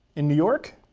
in new york.